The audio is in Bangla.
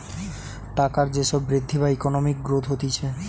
টাকার যে সব বৃদ্ধি বা ইকোনমিক গ্রোথ হতিছে